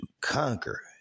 conquer